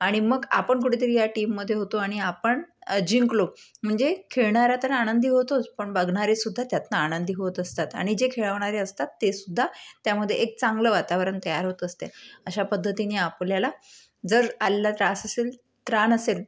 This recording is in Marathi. आणि मग आपण कुठेतरी ह्या टीममध्ये होतो आणि आपण जिंकलो म्हणजे खेळणारा तर आनंदी होतोच पण बघणारे सुद्धा त्यातनं आनंदी होत असतात आणि जे खेळवणारे असतात तेसुद्धा त्यामध्ये एक चांगलं वातावरण तयार होत असते अशा पद्धतीने आपल्याला जर आलेला त्रास असेल त्राण असेल